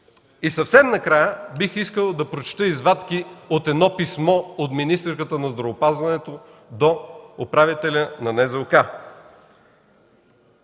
Съвсем накрая, бих искал да прочета извадки от едно писмо от министърката на здравеопазването до управителя на НЗОК: